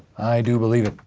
i do believe it.